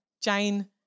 Jane